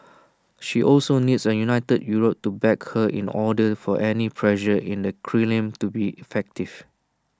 she also needs A united Europe to back her in order for any pressure in the Kremlin to be effective